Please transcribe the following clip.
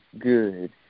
good